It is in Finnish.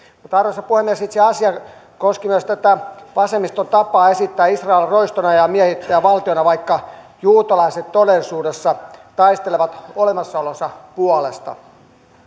mutta arvoisa puhemies itse asia koski myös tätä vasemmiston tapaa esittää israel roistona ja miehittäjävaltiona vaikka juutalaiset todellisuudessa taistelevat olemassaolonsa puolesta